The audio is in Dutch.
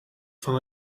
van